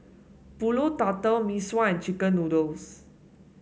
pulut tatal Mee Sua and chicken noodles